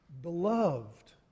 beloved